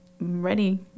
ready